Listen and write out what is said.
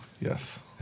Yes